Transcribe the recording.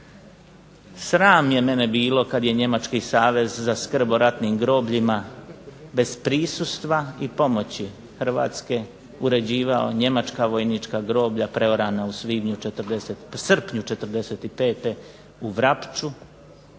Sram je mene bilo kad je njemački Savez za skrb o ratnim grobljima bez prisustva i pomoći Hrvatske uređivao njemačka vojnička groblja preorana u srpnju '45. u Vrapču,